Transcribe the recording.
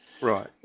Right